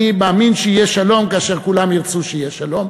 אני מאמין שיהיה שלום כאשר כולם ירצו שיהיה שלום.